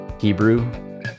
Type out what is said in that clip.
Hebrew